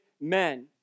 men